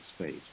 space